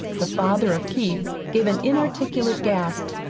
the father of keith gave an inarticulate gasp,